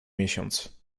miesiąc